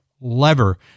lever